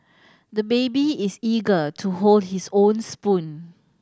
the baby is eager to hold his own spoon